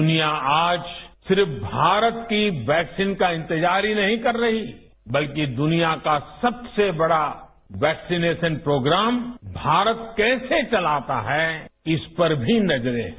दुनिया आज सिर्फ भारत की वैक्सीन का इंतजार ही नहीं कर रही बल्कि दुनिया का सबसे बड़ा वैक्सीनेशन प्रोग्राम भारत कैसे चलाता है इस पर भी नजरें हैं